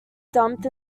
dumped